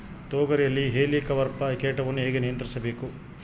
ತೋಗರಿಯಲ್ಲಿ ಹೇಲಿಕವರ್ಪ ಕೇಟವನ್ನು ಹೇಗೆ ನಿಯಂತ್ರಿಸಬೇಕು?